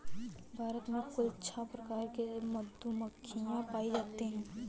भारत में कुल छः प्रकार की मधुमक्खियां पायी जातीं है